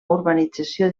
urbanització